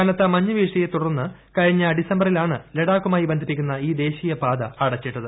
കനത്ത മഞ്ഞ് വീഴ്ചയെ തുടർന്ന് കഴിഞ്ഞ ഡിസംബറിലാണ് ലഡാക്കുമായി ബന്ധിപ്പിക്കുന്ന ഈ ദേശീയപാത അടച്ചിട്ടത്